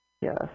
Yes